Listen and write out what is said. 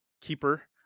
keeper